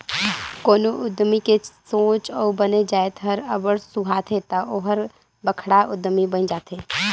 कोनो उद्यमी के सोंच अउ बने जाएत हर अब्बड़ सुहाथे ता ओहर बड़खा उद्यमी बइन जाथे